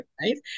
Right